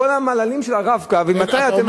עם כל המעללים של ה"רב-קו" ממתי אתם,